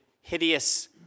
hideous